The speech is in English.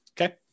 Okay